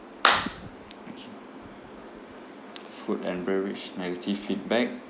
okay food and beverage negative feedback